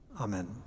Amen